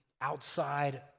outside